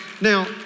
Now